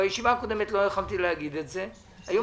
בישיבה הקודמת לא יכולתי להגיד את זה אבל היום